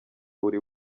buri